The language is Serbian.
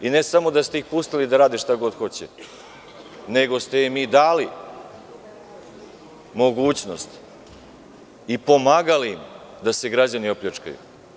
Ne samo da ste ih pustili da rade šta god hoće, nego ste im i dali mogućnost i pomagali im da se građani opljačkaju.